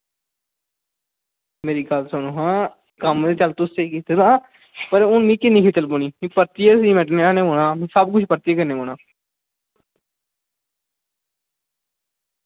मेरी गल्ल सुनो हां कम्म चल तू स्हेई कीते दा पर हून मिगी किन्नी खेचल पौनी मीं परतियै सीमेंट लेआना पौना मी सब कुछ परतियै करना पौना